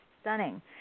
stunning